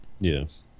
Yes